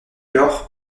lors